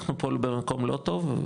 אנחנו במקום לא טוב,